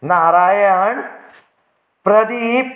Narayan Pradeep